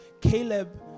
Caleb